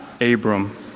Abram